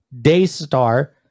Daystar